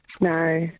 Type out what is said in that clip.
no